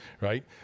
right